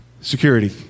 security